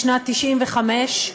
בשנת 1995,